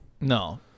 No